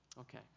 Okay